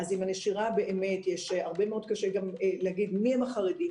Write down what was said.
בהקשר הנשירה מאוד קשה גם להגיד מיהם החרדים,